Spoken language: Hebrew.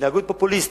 בהתנהגות פופוליסטית,